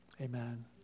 Amen